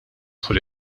dħul